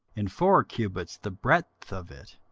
and four cubits the breadth of it,